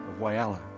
Wayala